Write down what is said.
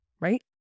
right